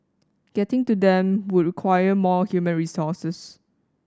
getting to them would require more human resources